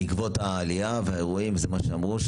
בעקבות העלייה והאירועים, זה מה שאמרו.